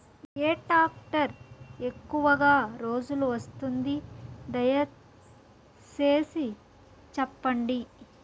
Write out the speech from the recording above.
ఏ tractor ఎక్కువగా రోజులు వస్తుంది, దయసేసి చెప్పండి?